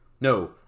no